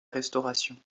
restauration